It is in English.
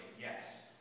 yes